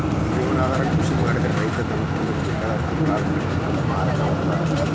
ಜೇವನಾಧಾರ ಕೃಷಿ ಮಾಡಿದ್ರ ರೈತ ತನ್ನ ಕುಟುಂಬಕ್ಕ ಬೇಕಾದಷ್ಟ್ ಕಾಳು ಕಡಿ ಇಟ್ಕೊಂಡು ಮಾರಾಕ ಕೊಡ್ತಾರ